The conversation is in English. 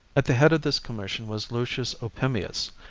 at the head of this commission was lucius opimius,